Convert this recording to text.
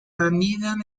anidan